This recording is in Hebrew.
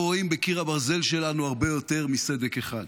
אנחנו רואים בקיר הברזל שלנו הרבה יותר מסדק אחד.